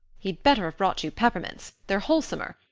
he'd better have brought you peppermints. they're wholesomer.